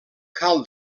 cal